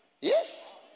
Yes